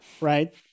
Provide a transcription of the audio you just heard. Right